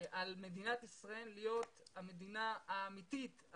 על מדינת ישראל להיות המדינה האמיתית,